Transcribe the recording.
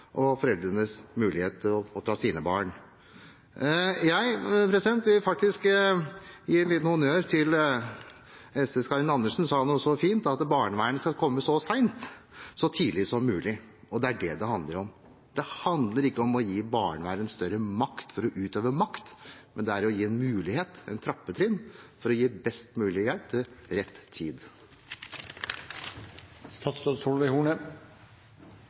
og foreldrenes mulighet til å oppdra sine barn. Jeg vil faktisk gi en liten honnør til SVs Karin Andersen, som sa noe så fint som at barnevernet «skal komme for seint så tidlig som mulig». Det er det det handler om. Det handler ikke om å gi barnevernet større makt for å utøve makt, men om å gi en mulighet, et «trappetrinn», for å gi best mulig hjelp til rett